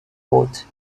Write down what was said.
haute